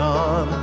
on